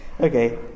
Okay